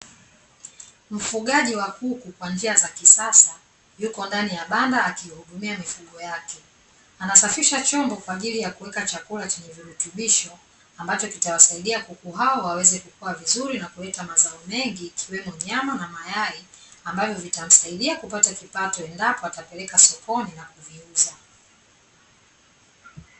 Mfugaji wa kuku kwa njia za kisasa yuko ndani ya banda akihudumia mifugo yake. Anasafisha chombo kwa ajili ya kuweka chakula chenye virutubisho ambacho kitawasaidia kuku hao waweze kukuwa vizuri na kuleta mazao mengi ikiwemo nyama na mayai, ambavyo vitamsaidia kupata kipato endapo atapeleka sokoni na kuviuza.